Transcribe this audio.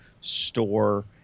store